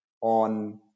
on